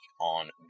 on